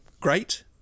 great